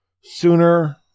sooner